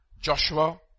Joshua